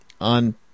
on